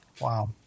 wow